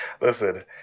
Listen